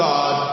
God